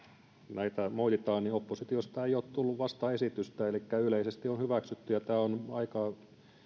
näitä moititaan oppositiosta ei ole tullut vastaesitystä elikkä ne on yleisesti hyväksytty aika